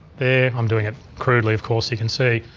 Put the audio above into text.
there i'm doing it, crudely of course you can see.